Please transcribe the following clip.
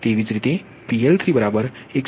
તેવી જ રીતે PL3138